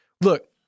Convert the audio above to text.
look